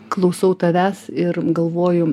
klausau tavęs ir galvoju